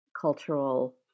cultural